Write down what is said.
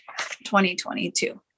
2022